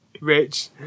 Rich